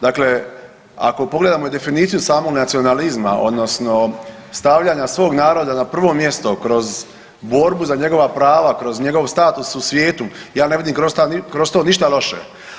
Dakle, ako pogledamo i definiciju samog nacionalizma odnosno stavljanja svog naroda na prvo mjesto kroz borbu za njegova prava, kroz njegov status u svijetu ja ne vidim kroz to ništa loše.